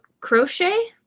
crochet